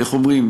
איך אומרים,